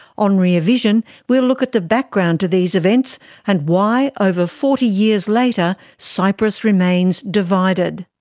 on rear vision we'll look at the background to these events and why, over forty years later, cyprus remains divided.